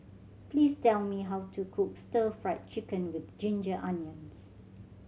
please tell me how to cook Stir Fried Chicken With Ginger Onions